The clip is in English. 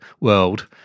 world